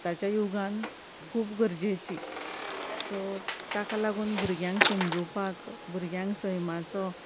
आतांच्या युगांत खूब गरजेची सो ताका लागून भुरग्यांक समजूपाक भुरग्यांक सैमाचो